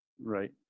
Right